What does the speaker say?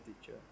teacher